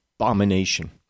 abomination